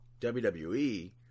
WWE